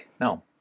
No